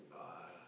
uh